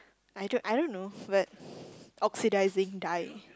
I don't I don't know but oxidizing dye